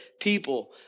people